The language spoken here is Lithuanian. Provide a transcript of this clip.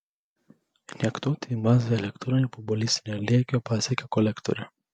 injektuoti į bazę elektronai po balistinio lėkio pasiekia kolektorių